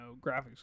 graphics